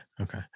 Okay